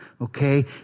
okay